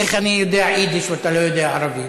איך אני יודע יידיש ואתה לא יודע ערבית?